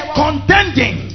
contending